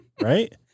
right